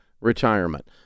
retirement